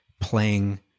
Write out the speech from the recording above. playing